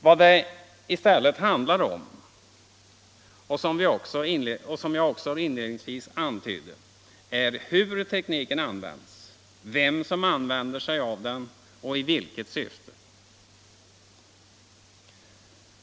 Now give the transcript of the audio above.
Vad det handlar om är, som jag också inledningsvis antydde, hur tekniken används, vem som använder den och i vilket syfte.